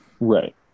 right